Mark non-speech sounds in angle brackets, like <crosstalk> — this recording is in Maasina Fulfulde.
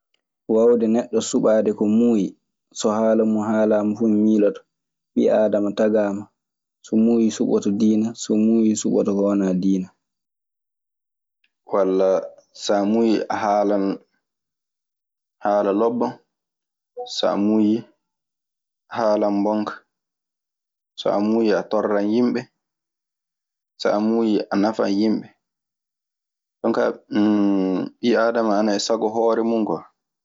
Waawude neɗɗo suɓaade ko muuyi, so haala mun haalaama fu, mi miiloto ɓi aadama tagaama, so muuyi suɓoto diina so muuyi suɓoto ko wanaa diina. Walla so a muuyi a haalan haala lobban. So a muuyi a haalan bonka. So a muuyi a torlan yimɓe. So a muuyi a nafan yimɓe. Jonkaa <hesitation> ɓii aadama ana e sago hoore mun kwa.